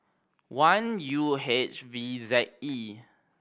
one U H V Z E